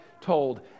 told